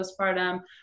postpartum